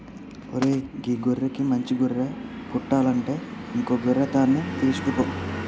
ఓరై గీ గొర్రెకి మంచి గొర్రె పుట్టలంటే ఇంకో గొర్రె తాన్కి తీసుకుపో